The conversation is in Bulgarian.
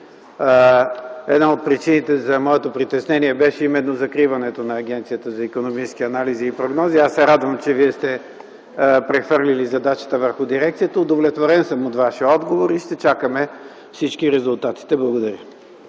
Една от причините за моето притеснение беше именно закриването на Агенцията за икономически анализи и прогнози. Аз се радвам, че Вие сте прехвърлили задачата върху дирекцията. Удовлетворен съм от Вашия отговор. Всички ще чакаме резултатите. Благодаря.